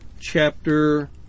Chapter